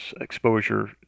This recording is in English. exposure